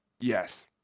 Yes